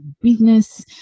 business